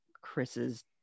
Chris's